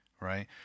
right